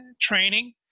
training